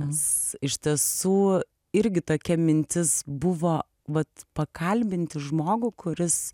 nes iš tiesų irgi tokia mintis buvo vat pakalbinti žmogų kuris